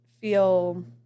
feel